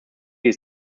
geht